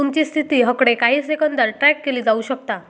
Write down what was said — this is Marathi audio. तुमची स्थिती हकडे काही सेकंदात ट्रॅक केली जाऊ शकता